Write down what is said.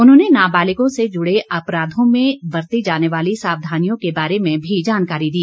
उन्होंने नाबालिगों से जुड़े अपराधों में बरती जाने वाली सावधानियों के बारे में भी जानकारी दी